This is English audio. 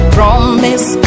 Promise